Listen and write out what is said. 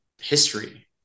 history